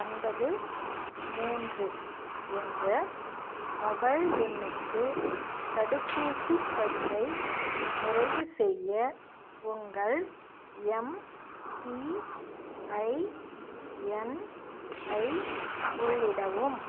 ஒன்பது மூன்று என்ற மொபைல் எண்ணுக்கு தடுப்பூசிப் பதிவை நிறைவுசெய்ய உங்கள் எம்பிஐஎன்ஐ உள்ளிடவும்